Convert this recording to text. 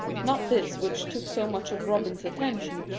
not this which took so much of robin's attention,